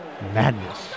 Madness